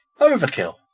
Overkill